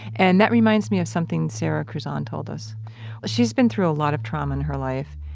and that reminds me of something sara kruzan told us she's been through a lot of trauma in her life,